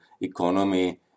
economy